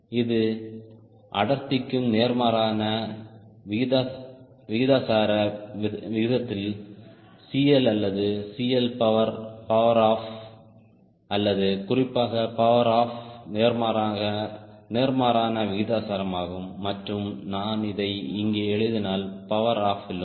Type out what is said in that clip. இது அடர்த்திக்கு நேர்மாறான விகிதாசார விகிதத்தில் CL அல்லது CL பவர் ஹஅஃ அல்லது குறிப்பாக பவர் ஹஅஃ நேர்மாறான விகிதாசாரமாகும் மற்றும் நான் இதை இங்கே எழுதினால் பவர் ஹஅஃ யிலும்